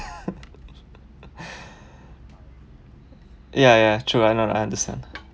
ya ya true I know I understand